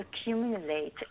accumulate